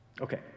Okay